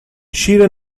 شیر